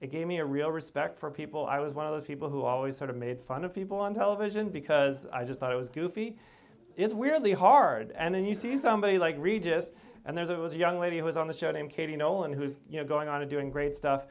it gave me a real respect for people i was one of those people who always sort of made fun of people on television because i just thought it was goofy is really hard and then you see somebody like regis and there was a young lady who was on the show named katie nolan who's you know going on to doing great stuff